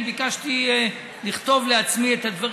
אני ביקשתי לכתוב לעצמי את הדברים.